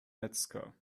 metzger